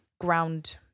ground